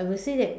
I will say that